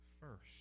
first